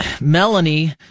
Melanie